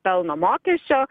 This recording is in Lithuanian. pelno mokesčio